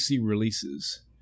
releases